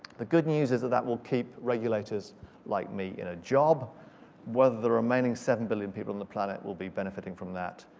the good news is that that will keep regulators like me in a job whether the remaining seven billion people on the planet will be benefiting from that,